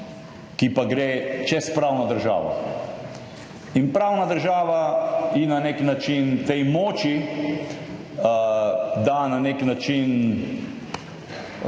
ki pa gre čez pravno državo in pravna država ji na nek način tej moči da na nek način